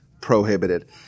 prohibited